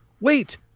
Wait